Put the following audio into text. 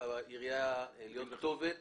בעירייה צריך להיות כתובת